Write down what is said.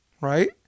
right